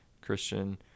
christian